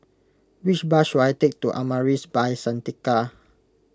which bus should I take to Amaris By Santika